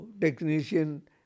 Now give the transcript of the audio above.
technician